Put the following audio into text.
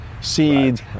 seeds